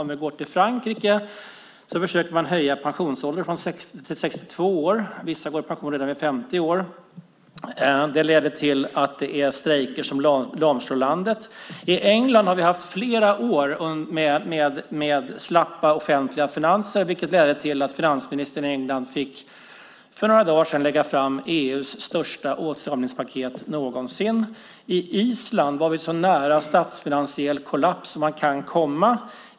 Om vi går till Frankrike försöker man där höja pensionsåldern från 60 till 62 år, och vissa går i pension redan vid 50 år. Det leder till strejker som lamslår landet. I England har vi haft flera år med slappa offentliga finanser. Det ledde till att finansministern i England fick för några dagar sedan fick lägga fram EU:s största åtstramningspaket någonsin. På Island var vi så nära statsfinansiell kollaps som man kan komma.